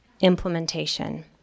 implementation